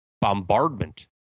bombardment